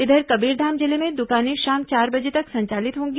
इधर कबीरधाम जिले में दुकानें शाम चार बजे तक संचालित होंगी